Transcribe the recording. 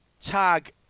tag